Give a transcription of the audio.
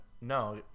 No